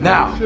Now